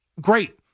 Great